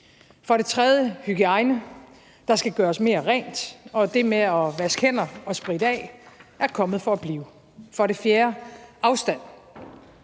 For det tredje, hygiejne: Der skal gøres mere rent, og det med at vaske hænder og spritte af er kommet for at blive. For det fjerde, afstand: